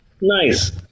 nice